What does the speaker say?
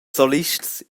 solists